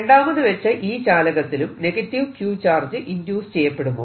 രണ്ടാമത് വെച്ച ഈ ചാലകത്തിലും Q ചാർജ് ഇൻഡ്യൂസ് ചെയ്യപ്പെടുമോ